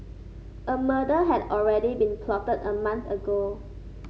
a murder had already been plotted a month ago